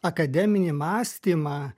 akademinį mąstymą